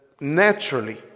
naturally